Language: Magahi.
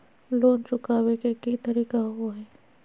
लोन चुकाबे के की तरीका होबो हइ?